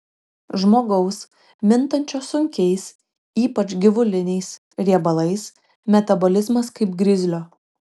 žmogaus mintančio sunkiais ypač gyvuliniais riebalais metabolizmas kaip grizlio